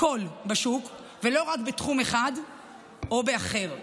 בשוק, הכול, ולא רק בתחום אחד או אחר.